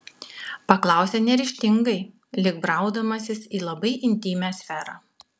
paklausė neryžtingai lyg braudamasis į labai intymią sferą